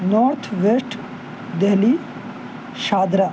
north west Delhi Shahdara